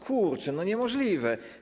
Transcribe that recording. Kurczę, no niemożliwe.